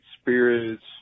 spirits